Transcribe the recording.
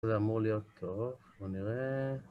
זה אמור להיות טוב, בואו נראה.